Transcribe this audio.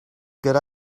good